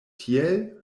tiel